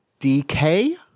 dk